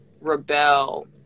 Rebel